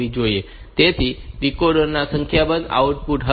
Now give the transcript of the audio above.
તેથી ડીકોડર માં સંખ્યાબંધ આઉટપુટ હશે